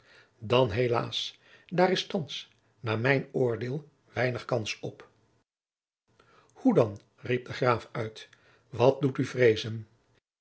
dan helaas daar is thands naar mijn oordeel weinig kans op hoe dan riep de graaf uit wat doet u vreezen